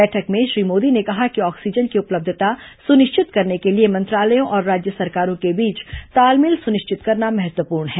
बैठक में श्री मोदी ने कहा कि ऑक्सीजन की उपलब्यता सुनिश्चित करने के लिए मंत्रालयों और राज्य सरकारों के बीच तालमेल सुनिश्चित करना महत्वपूर्ण है